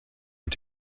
und